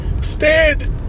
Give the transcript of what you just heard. Stand